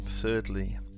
Thirdly